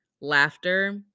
laughter